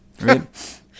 Right